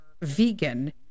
vegan